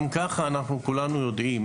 גם ככה כולנו יודעים,